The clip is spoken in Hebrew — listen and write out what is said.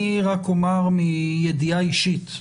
אני רק אומר מידיעה אישית,